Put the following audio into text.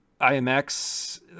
IMX